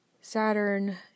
Saturn